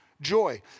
joy